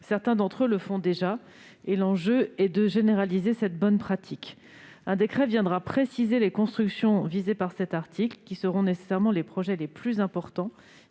Certains d'entre eux le font déjà, et il convient de généraliser cette bonne pratique. Un décret viendra préciser les constructions visées par cet article. Ce seront nécessairement les projets les plus importants,